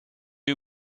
you